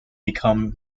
become